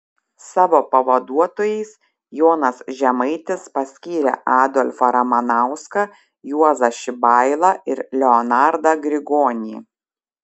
savo pavaduotojais jonas žemaitis paskyrė adolfą ramanauską juozą šibailą ir leonardą grigonį